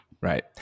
Right